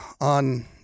on